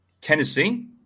Tennessee